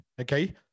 Okay